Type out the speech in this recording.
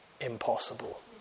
impossible